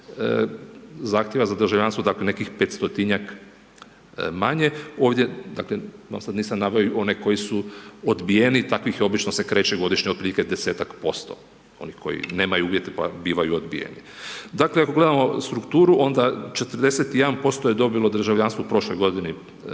zahtjeva za državljanstvom, dakle nekih 500 manje, ovdje, dakle nisam sad naveo i one koji su odbijeni, takvih je obično se kreće godišnje otprilike 10-ak posto, onih koji nemaju uvjete pa bivaju odbijeni. Dakle ako gledamo strukturu onda 41% je dobilo državljanstvo u prošloj godini temeljem